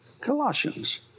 Colossians